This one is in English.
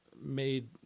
made